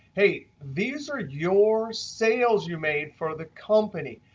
hey, these are your sales you made for the company.